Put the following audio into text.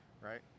right